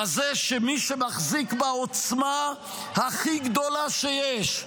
בזה שמי שמחזיק בעוצמה הכי גדולה שיש,